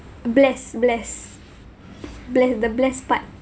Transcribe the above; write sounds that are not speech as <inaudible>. blessed blessed <breath> ble~ the blessed part